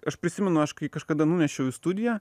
aš prisimenu aš kai kažkada nunešiau į studiją